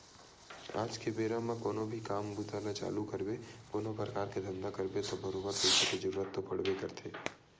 आज के बेरा म कोनो भी काम बूता ल चालू करबे कोनो परकार के धंधा करबे त बरोबर पइसा के जरुरत तो पड़बे करथे